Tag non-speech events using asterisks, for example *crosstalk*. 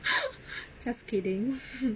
*laughs* just kidding